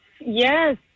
Yes